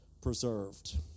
preserved